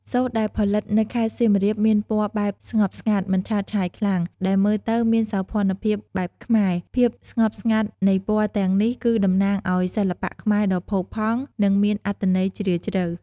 សូត្រដែលផលិតនៅខេត្តសៀមរាបមានពណ៌បែបស្ងប់ស្ងាត់ មិនឆើតឆាយខ្លាំង ដែលមើលទៅមានសោភ័ណភាពបែបខ្មែរ ភាពស្ងប់ស្ងាត់នៃពណ៌ទាំងនេះគឺតំណាងឲ្យសិល្បៈខ្មែរដ៏ផូរផង់ និងមានអត្ថន័យជ្រាលជ្រៅ។